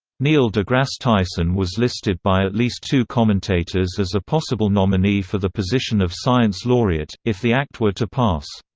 neil degrasse tyson was listed by at least two commentators as a possible nominee for the position of science laureate, if the act were to pass.